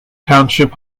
township